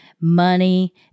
money